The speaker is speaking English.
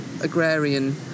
agrarian